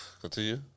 Continue